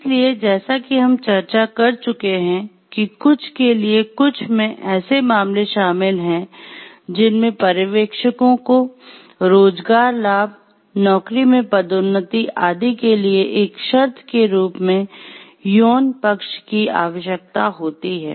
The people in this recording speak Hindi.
इसीलिए जैसा कि हम चर्चा कर चुके है कि कुछ के लिए कुछ में ऐसे मामले शामिल हैं जिनमें पर्यवेक्षक को रोजगार लाभ नौकरी में पदोन्नति आदि के लिए एक शर्त के रूप में यौन पक्ष की आवश्यकता होती है